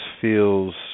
feels